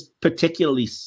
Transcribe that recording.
particularly